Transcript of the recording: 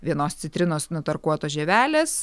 vienos citrinos nutarkuotos žievelės